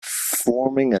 forming